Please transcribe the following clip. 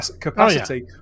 capacity